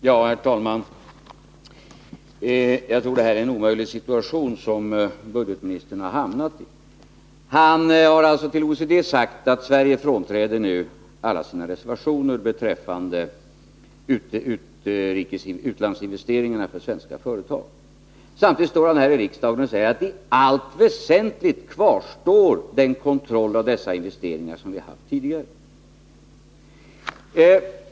Herr talman! Jag tror att det är en omöjlig situation som budgetministern har hamnat i. Han har till OECD sagt att Sverige nu frånträder alla sina reservationer beträffande utlandsinvesteringar för svenska företag. Samtidigt står han här i riksdagen och säger att i allt väsentligt kvarstår den kontroll av dessa investeringar som vi haft tidigare.